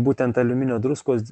būtent aliuminio druskos